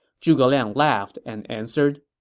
zhuge liang laughed and answered,